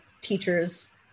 teachers